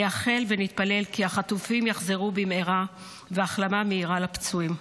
נייחל ונתפלל כי החטופים יחזו במהרה ונאחל החלמה מהירה לפצועים.